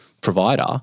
provider